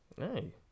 Hey